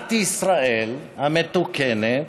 מדינת ישראל המתוקנת,